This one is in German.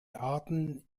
arten